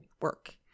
work